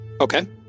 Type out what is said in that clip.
Okay